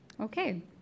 Okay